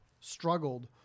struggled